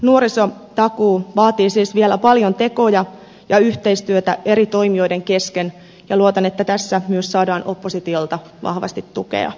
toteutuakseen nuorisotakuu vaatii siis vielä paljon tekoja ja yhteistyötä eri toimijoiden kesken ja luotan että tässä myös saadaan oppositiolta vahvasti tukea